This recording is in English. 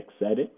excited